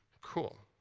cool.